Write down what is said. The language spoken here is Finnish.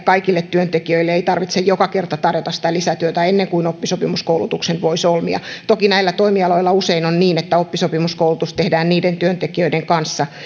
työntekijöille ei tarvitse joka kerta tarjota sitä lisätyötä ennen kuin oppisopimuskoulutuksen voi solmia toki näillä toimialoilla usein on niin että oppisopimuskoulutus tehdään niiden työntekijöiden kanssa